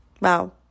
Wow